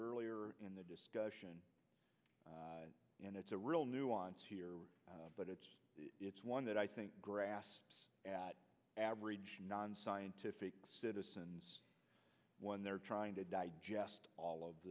earlier in the discussion and it's a real nuance here but it's one that i think grass average nonscientific citizens when they're trying to digest all of